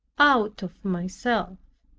out of myself.